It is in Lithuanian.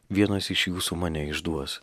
vienas iš jūsų mane išduos